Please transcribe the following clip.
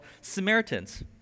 Samaritans